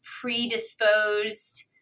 predisposed